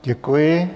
Děkuji.